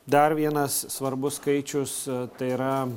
dar vienas svarbus skaičius tai yra